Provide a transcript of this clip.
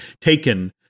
taken